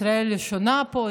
ישראל הראשונה פה?